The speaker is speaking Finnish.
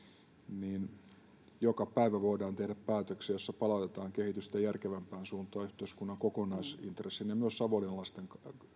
joka päivä voidaan tehdä päätöksiä joissa palautetaan kehitystä järkevämpään suuntaan yhteiskunnan kokonaisintressin ja myös savonlinnalaisten